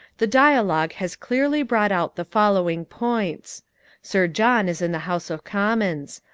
the dialogue has clearly brought out the following points sir john is in the house of commons.